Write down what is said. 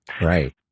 Right